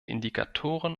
indikatoren